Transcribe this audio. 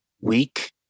weak